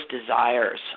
desires